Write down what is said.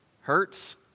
hurts